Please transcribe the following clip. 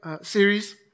series